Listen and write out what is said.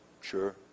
Sure